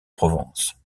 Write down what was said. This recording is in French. provence